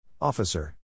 Officer